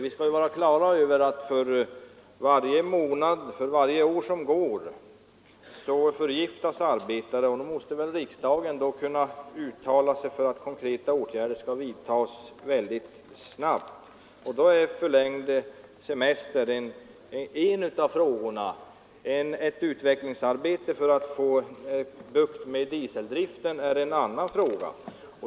Vi bör ha klart för oss att för varje månad och varje år som går förgiftas arbetare. Därför måste riksdagen kunna uttala sig för att konkreta åtgärder skall vidtas synnerligen snabbt, och då är förlängd semester en av vägarna att gå. Ett utvecklingsarbete för att få bukt med dieseldriften är en annan fråga.